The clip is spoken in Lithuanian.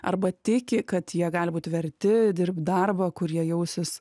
arba tiki kad jie gali būti verti dirbt darbą kur jie jausis